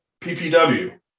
PPW